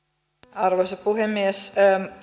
arvoisa puhemies